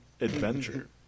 Adventure